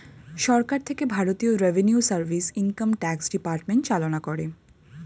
সরকার থেকে ভারতীয় revenue service, income tax department চালনা করে